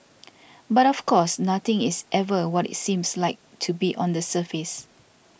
but of course nothing is ever what it seems like to be on the surface